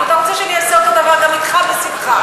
אם אתה רוצה שאני אעשה אותו דבר גם אתך, בשמחה.